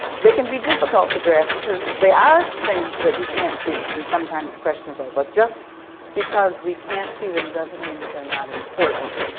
they can be difficult to grasp because they are things that we can't see and sometimes questionable but just because we can't see them doesn't mean that they're not important.